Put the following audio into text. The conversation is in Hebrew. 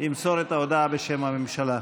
ימסור את ההודעה בשם הממשלה.